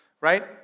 Right